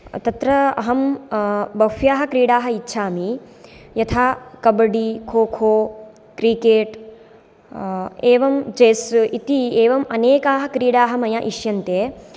तत्र अहं बह्व्याः क्रीडाः इच्छामि यथा कबड्डी खोखो क्रिकेट् एवं चेस् इति एवम् अनेकाः क्रीडाः मया इष्यन्ते